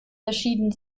verschieden